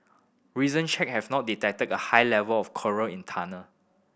recent check have not detected a high level of chloride in tunnel